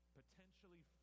potentially